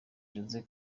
jose